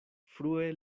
frue